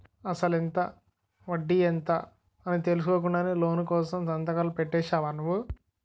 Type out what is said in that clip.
అసలెంత? వడ్డీ ఎంత? అని తెలుసుకోకుండానే లోను కోసం సంతకాలు పెట్టేశావా నువ్వు?